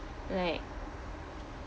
like